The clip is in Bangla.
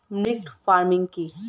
মিক্সড ফার্মিং কি?